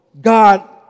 God